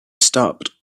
stopped